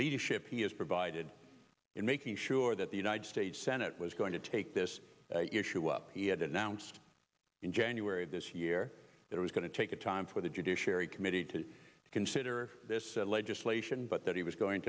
leadership he has provided in making sure that the united states senate was going to take this issue up he had announced in january of this year that was going to take the time for the judiciary committee to consider this legislation but that he was going